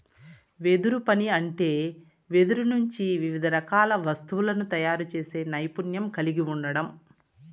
వెదురు పని అంటే వెదురు నుంచి వివిధ రకాల వస్తువులను తయారు చేసే నైపుణ్యం కలిగి ఉండడం